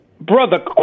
brother